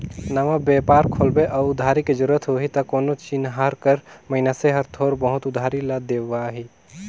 नवा बेपार खोलबे अउ उधारी के जरूरत हे त कोनो चिनहार कर मइनसे हर थोर बहुत उधारी ल देवाही